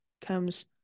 comes